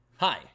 Hi